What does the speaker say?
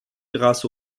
grâce